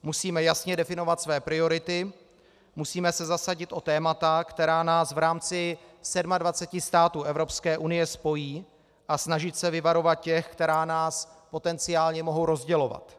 Musíme jasně definovat své priority, musíme se zasadit o témata, která nás v rámci 27 států Evropské unie spojí, a snažit se vyvarovat těch, která nás potenciálně mohou rozdělovat.